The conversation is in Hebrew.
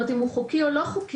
כלומר אם הוא חוקי או לא חוקי.